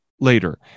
later